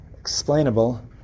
explainable